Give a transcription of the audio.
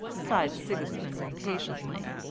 sighed sigismund impatiently.